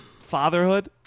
fatherhood